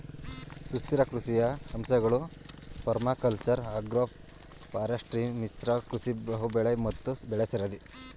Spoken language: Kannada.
ಸುಸ್ಥಿರ ಕೃಷಿಯ ಅಂಶಗಳು ಪರ್ಮಾಕಲ್ಚರ್ ಅಗ್ರೋಫಾರೆಸ್ಟ್ರಿ ಮಿಶ್ರ ಕೃಷಿ ಬಹುಬೆಳೆ ಮತ್ತು ಬೆಳೆಸರದಿ